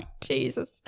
Jesus